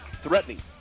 threatening